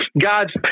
God's